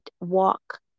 walk